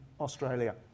Australia